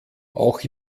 auch